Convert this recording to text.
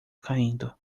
caindo